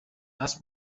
است